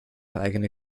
eigene